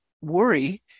worry